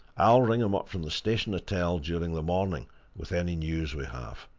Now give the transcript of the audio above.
i'll ring him up from the station hotel during the morning with any news we have,